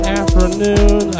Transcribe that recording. afternoon